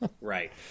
right